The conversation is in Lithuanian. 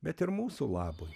bet ir mūsų labui